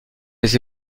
les